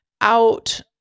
out-